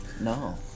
No